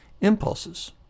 impulses